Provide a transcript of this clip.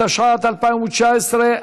התשע"ט 2019,